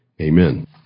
Amen